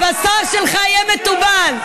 הבשר שלך יהיה מתובל.